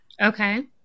Okay